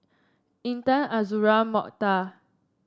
Intan Azura Mokhtar